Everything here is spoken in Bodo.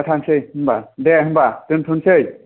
दा थांसै होनबा दे दोन्थ'नोसै